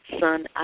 son